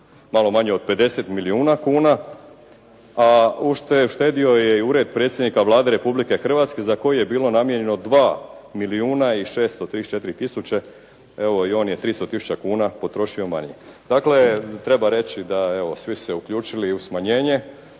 malo manje od 50 milijuna kuna, a uštedio je i Ured predsjednika Vlade Republike Hrvatske za koju je bilo namijenjeno 2 milijuna i 634 tisuće. Evo i on je 300 tisuća kuna potrošio manje. Dakle, treba reći da evo svi su se uključili u smanjenje